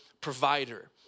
provider